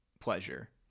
pleasure